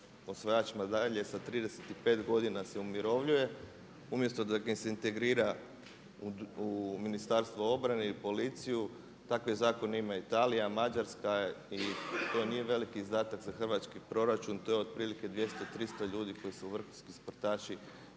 osvajač medalje sa 35 godina se umirovljuje, umjesto da ga se integrira u Ministarstvo obrane i policiju. Takve zakone ima Italija, Mađarska i to nije veliki izdatak za hrvatski proračun, to je otprilike 200, 300 ljudi koji su vrhunski sportaši